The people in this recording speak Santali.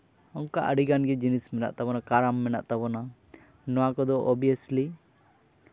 ᱚᱱᱠᱟ ᱟᱹᱰᱤᱜᱟᱱ ᱜᱮ ᱡᱤᱱᱤᱥ ᱢᱮᱱᱟᱜ ᱛᱟᱵᱚᱱᱟ ᱠᱟᱨᱟᱢ ᱢᱮᱱᱟᱜ ᱛᱟᱵᱚᱱᱟ ᱱᱚᱣᱟ ᱠᱚᱫᱚ ᱳᱵᱤᱭᱮᱥᱞᱤ